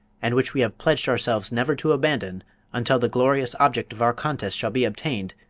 and which we have pledged ourselves never to abandon until the glorious object of our contest shall be obtained,